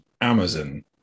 Amazon